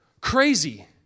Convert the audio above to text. Crazy